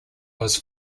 was